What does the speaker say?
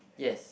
yes